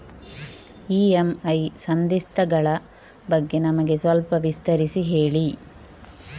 EMI ಸಂಧಿಸ್ತ ಗಳ ಬಗ್ಗೆ ನಮಗೆ ಸ್ವಲ್ಪ ವಿಸ್ತರಿಸಿ ಹೇಳಿ